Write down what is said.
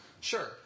Sure